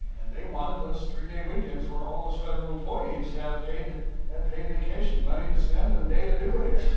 and they wanted those three-day weekends where all those federal employees had paid, had and paid vacation, money to spend, and a day to do it in.